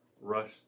rush